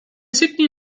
sydney